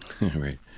Right